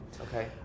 okay